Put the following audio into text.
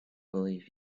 believe